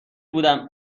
بودم